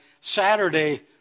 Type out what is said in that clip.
Saturday